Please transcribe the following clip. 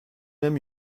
même